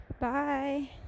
bye